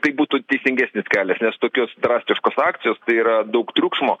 tai būtų teisingesnis kelias nes tokios drastiškos akcijos yra daug triukšmo